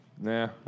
Nah